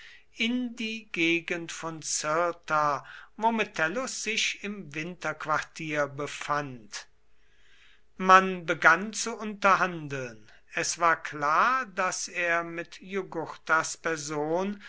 in die gegend von cirta wo metellus sich im winterquartier befand man begann zu unterhandeln es war klar daß er mit jugurthas person